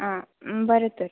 आं बरें तर